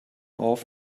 auf